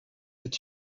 est